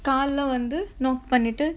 கால்ல வந்து:kaalla vanthu knock பண்ணிட்டு:pannittu